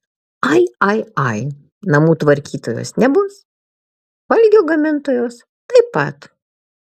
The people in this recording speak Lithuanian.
ai ai ai namų tvarkytojos nebus valgio gamintojos taip pat